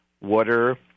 Water